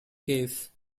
case